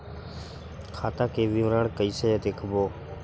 खाता के विवरण कइसे देखबो?